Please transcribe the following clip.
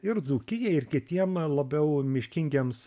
ir dzūkijai ir kitiem labiau miškingiems